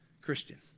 Christian